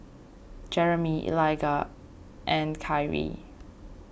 Jeremie Eliga and Kyree